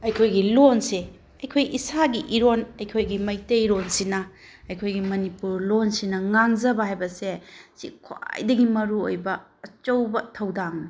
ꯑꯩꯈꯣꯏꯒꯤ ꯂꯣꯜꯁꯦ ꯑꯩꯈꯣꯏ ꯏꯁꯥꯒꯤ ꯏꯔꯣꯜ ꯑꯩꯈꯣꯏꯒꯤ ꯃꯩꯇꯩꯔꯣꯜꯁꯤꯅ ꯑꯩꯈꯣꯏꯒꯤ ꯃꯅꯤꯄꯨꯔ ꯂꯣꯜꯁꯤꯅ ꯉꯥꯡꯖꯕ ꯍꯥꯏꯕꯁꯦ ꯁꯤ ꯈ꯭ꯋꯥꯏꯗꯒꯤ ꯃꯔꯨ ꯑꯣꯏꯕ ꯑꯆꯧꯕ ꯊꯧꯗꯥꯡꯅꯤ